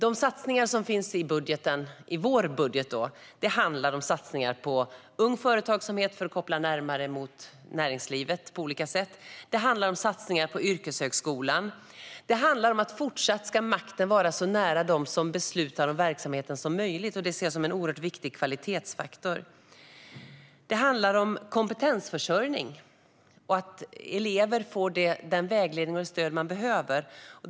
De satsningar som finns i vår budget omfattar bland annat satsningar på ung företagsamhet, för att på olika sätt koppla denna närmare näringslivet. Det handlar också om satsningar på yrkeshögskolan. Makten ska även i fortsättningen vara så nära dem som beslutar om verksamheten som möjligt. Detta ser jag som en oerhört viktigt kvalitetsfaktor. Det handlar vidare om kompetensförsörjning och om att elever får den vägledning och det stöd som de behöver.